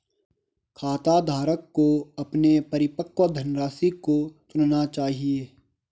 खाताधारक को अपने परिपक्व धनराशि को चुनना चाहिए